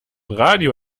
radio